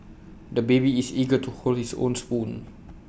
the baby is eager to hold his own spoon